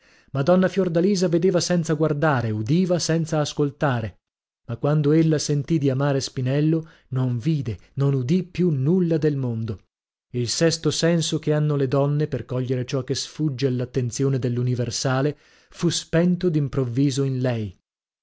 madonna fiordalisa vedeva senza guardare udiva senza ascoltare ma quando ella sentì di amare spinello non vide non udì più nulla del mondo il sesto senso che hanno le donne per cogliere ciò che sfugge all'attenzione dell'universale fu spento d'improvviso in lei